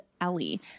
Ellie